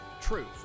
truth